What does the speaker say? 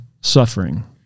suffering